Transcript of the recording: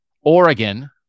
Oregon